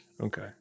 Okay